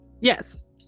Yes